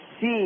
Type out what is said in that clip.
see